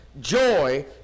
joy